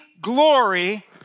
glory